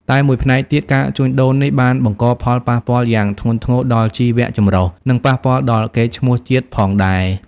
តែមួយផ្នែកទៀត ការជួញដូរនេះបានបង្កផលប៉ះពាល់យ៉ាងធ្ងន់ធ្ងរដល់ជីវចម្រុះ និងប៉ះពាល់ដល់កេរ្តិ៍ឈ្មោះជាតិផងដែរ។